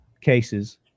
cases